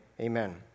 amen